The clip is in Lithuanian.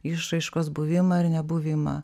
išraiškos buvimą ir nebuvimą